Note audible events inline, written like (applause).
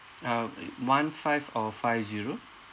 uh (noise) one five or five zero